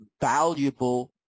valuable